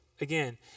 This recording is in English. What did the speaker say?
Again